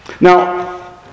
Now